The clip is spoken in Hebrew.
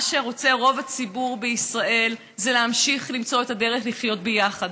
מה שרוצה רוב הציבור בישראל זה להמשיך למצוא את הדרך לחיות ביחד.